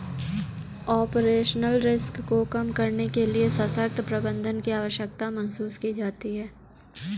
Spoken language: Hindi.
ऑपरेशनल रिस्क को कम करने के लिए सशक्त प्रबंधन की आवश्यकता महसूस की जाती है